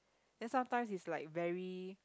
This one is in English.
then sometimes is like very